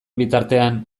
bitartean